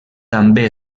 també